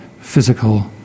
physical